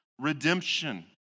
redemption